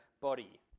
body